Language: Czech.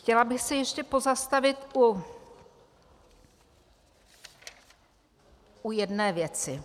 Chtěla bych se ještě pozastavit u jedné věci.